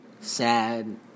sad